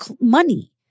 money